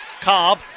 Cobb